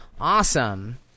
awesome